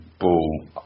ball